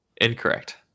Incorrect